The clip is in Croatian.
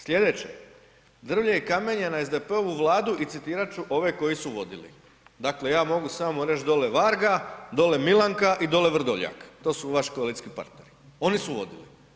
Sljedeće, drvlje i kamenje na SDP-ovu vladu i citirat ću ove koji su vodili, dakle ja mogu samo reći dolje Varga, dolje Milanka i dolje Vrdoljak to su vaši koalicijski partneri oni su vodili.